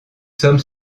sommes